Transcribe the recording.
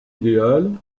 idéal